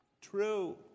true